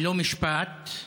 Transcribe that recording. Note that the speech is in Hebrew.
ללא משפט,